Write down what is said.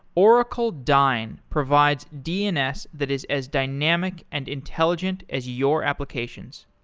oracle dyn provides dns that is as dynamic and intelligent as your applications.